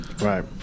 right